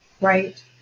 Right